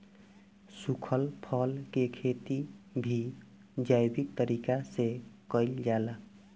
सुखल फल के खेती भी जैविक तरीका से कईल जाला